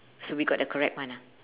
should be got the correct one ah